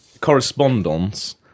correspondence